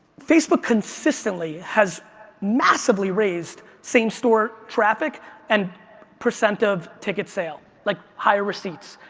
facebook consistently has massively raised same store traffic and percent of ticket sale. like higher receipts.